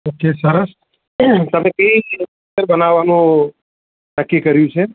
okay સરસ તમે કઈ પિક્ચર બનાવવાનું નક્કી કર્યું છે